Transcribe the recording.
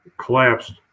collapsed